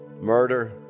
murder